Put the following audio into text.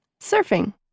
surfing